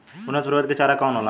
उन्नत प्रभेद के चारा कौन होला?